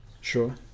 Sure